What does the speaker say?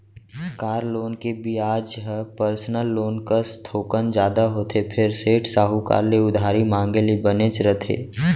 car loan के बियाज ह पर्सनल लोन कस थोकन जादा होथे फेर सेठ, साहूकार ले उधारी मांगे ले बनेच रथे